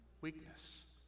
weakness